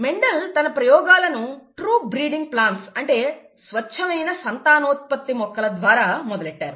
Mendel తన ప్రయోగాలను true breeding plants అంటే స్వచ్ఛమైన సంతానోత్పత్తి మొక్కల ద్వారా మొదలెట్టారు